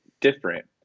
different